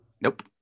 Nope